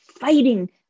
fighting